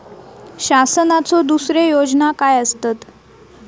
शासनाचो दुसरे योजना काय आसतत?